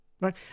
right